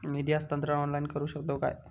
निधी हस्तांतरण ऑनलाइन करू शकतव काय?